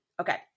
Okay